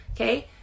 Okay